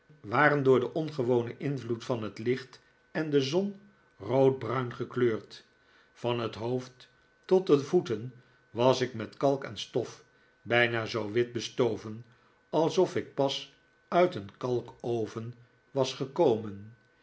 waren door den ongewonen invloed van het licht en de zon roodbruin gekleurd van het hoofd tot de voeten was ik met kalk en stof bijna zoo wit bestoven alsof ik pas uit een kalkoven was gekomen